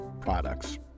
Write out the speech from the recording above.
products